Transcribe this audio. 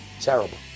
terrible